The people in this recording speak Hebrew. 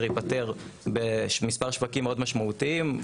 ייפתר במספר שווקים מאוד משמעותיים.